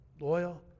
loyal